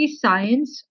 science